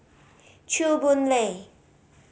Chew Boon Lay